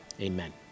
amen